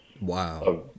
Wow